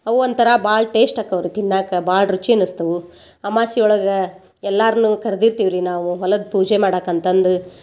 ಅವು ಒಂಥರ ಭಾಳ ಟೇಶ್ಟ್ ಆಕ್ಕವ್ರಿ ತಿನ್ನಾಕೆ ಭಾಳ ರುಚಿ ಅನಸ್ತವು ಅಮವಾಸಿ ಒಳಗೆ ಎಲ್ಲಾರ್ನು ಕರ್ದಿರ್ತೀವಿ ರೀ ನಾವು ಹೊಲದ ಪೂಜೆ ಮಾಡಾಕಂತಂದು